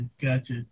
gotcha